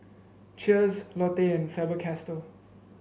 Cheers Lotte and Faber Castell